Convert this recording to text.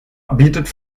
bietet